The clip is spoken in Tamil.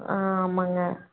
ஆ ஆமாங்க